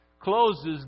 closes